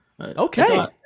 Okay